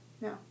No